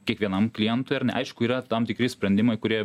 kiekvienam klientui ar ne aišku yra tam tikri sprendimai kurie